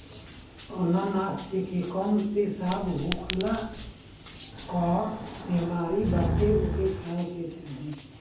अनानास जेके कम पेशाब होखला कअ बेमारी बाटे ओके खाए के चाही